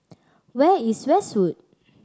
where is Westwood